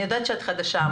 אני יודעת שאת חדשה.